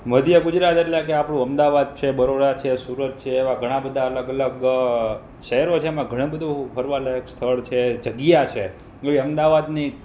મધ્ય ગુજરાત એટલે કે આપણું અમદાવાદ છે બરોડા છે આ સુરત છે એવાં ઘણાં બધાં અલગ અલગ શહેરો છે એમાં ઘણું બધું ફરવા લાયક સ્થળ છે જગ્યા છે તોએ અમદાવાદની